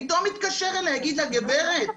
פתאום יתקשר אליה ויגיד לה: גברת,